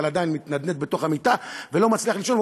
אבל עדיין הוא מתנדנד בתוך המיטה ולא מצליח לישון,